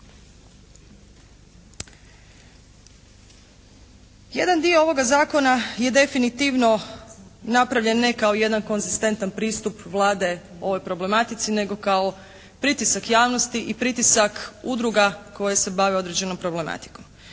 Jedan dio ovoga zakona je definitivno napravljen ne kao jedan konzistentan pristup Vlade ovoj problematici nego kao pritisak javnosti i pritisak udruga koje se bave određenom problematikom.